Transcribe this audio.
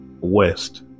West